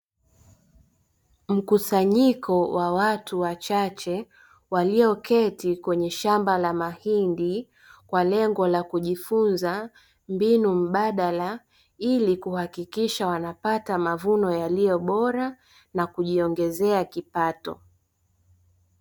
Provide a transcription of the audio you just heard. Mkusanyiko wa watu wachache walioketi kwenye shamba la mahindi, kwa lengo la kujifunza mbinu mbadala ili kuhakikisha wanapata mavuno yaliyo bora na kujiongezea kipato.